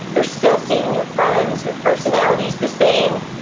you're still seeing your friends, your personality's the same,